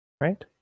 Right